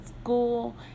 school